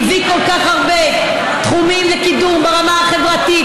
הביא כל כך הרבה תחומים לקידום ברמה החברתית,